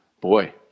boy